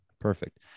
perfect